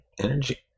Energy